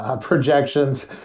projections